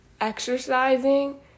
exercising